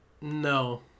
No